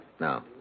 Now